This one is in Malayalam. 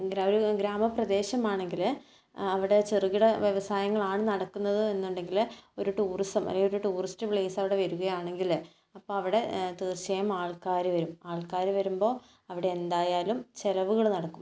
ഗ്രാമപ്രദേശമാണങ്കിൽ അവിടെ ചെറുകിട വ്യവസായങ്ങളാണ് നടക്കുന്നത് എന്നുണ്ടെങ്കിൽ ഒരു ടൂറിസം അല്ലെങ്കിൽ ഒരു ടൂറിസ്റ്റ് പ്ലെയ്സ് അവിടെ വരുകയാണെങ്കിൽ അപ്പം അവിടെ തീർച്ചയായും ആൾക്കാർ വരും ആൾക്കാർ വരുമ്പോൾ അവിടെ എന്തായാലും ചിലവുകൾ നടക്കും